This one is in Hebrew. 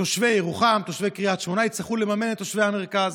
תושבי ירוחם ותושבי קריית שמונה יצטרכו לממן את תושבי המרכז.